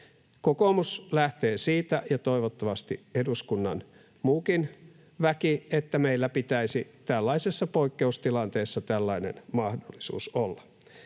Kokoomus lähtee siitä, ja toivottavasti eduskunnan muukin väki, että meillä pitäisi tällaisessa poikkeustilanteessa tällainen mahdollisuus olla.